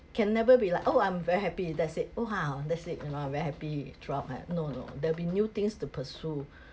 can never be like oh I'm very happy that's it oh ha that's it you know I'm very happy throughout no no there'll be new things to pursue